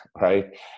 right